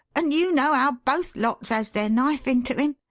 and you know how both lots has their knife into him.